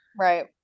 Right